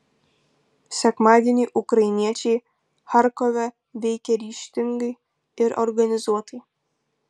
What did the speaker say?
sekmadienį ukrainiečiai charkove veikė ryžtingai ir organizuotai